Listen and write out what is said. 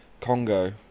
Congo